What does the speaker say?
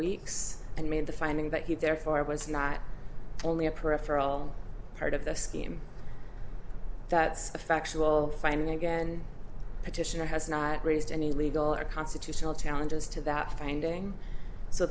weeks and made the finding that he therefore it was not only a peripheral part of the scheme that's a factual finding again petitioner has not raised any legal or constitutional challenges to that finding so